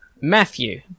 Matthew